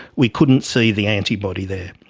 we couldn't see the antibody there.